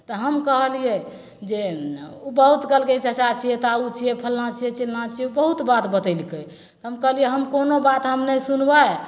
तऽ हम कहलिए जे ओ बहुत कहलकै चचा छिए ताउ छिए फल्लाँ छिए चिल्लाँ छिए बहुत बात बतेलकै हम कहलिए हम कोनो बात हम नहि सुनबै